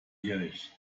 ehrlich